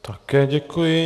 Také děkuji.